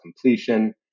completion